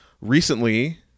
Recently